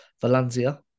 Valencia